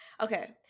Okay